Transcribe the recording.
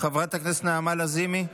חברת הכנסת נעמה לזימי.